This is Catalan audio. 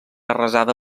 arrasada